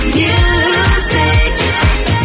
music